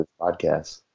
podcast